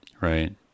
Right